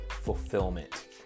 fulfillment